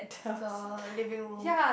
the living room